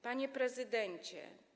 Panie Prezydencie!